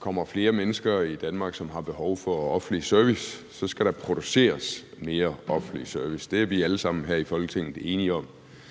kommer flere mennesker i Danmark, som har behov for offentlig service, skal der produceres mere offentlig service – det er vi alle sammen enige om her i Folketinget.